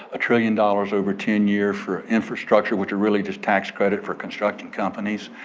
a trillion dollars over ten years for infrastructure which are really just tax credit for constructing companies.